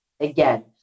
Again